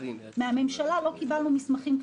מהממשלה לא קיבלנו מסמכים כתובים,